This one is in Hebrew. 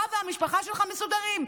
אתה והמשפחה שלך מסודרים.